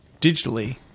digitally